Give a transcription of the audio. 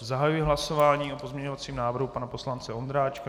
Zahajuji hlasování o pozměňovacím návrhu pana poslance Ondráčka.